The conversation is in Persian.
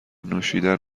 نوشیدن